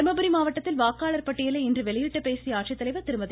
தர்மபுரி மாவட்டத்தில் வாக்காளர் பட்டியலை இன்று வெளியிட்டு பேசிய ஆட்சித்தலைவர் திருமதி